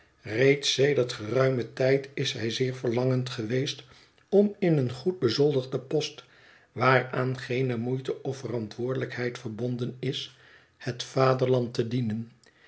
reeds sedert geruimen tijd is hij zeer verlangend geweest om in een goed bezoldigden post waaraan geene moeite of verantwoordelijkheid verbonden is het vaderland te dienen